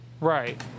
Right